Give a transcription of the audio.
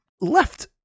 left